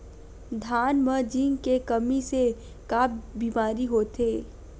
धान म जिंक के कमी से का बीमारी होथे?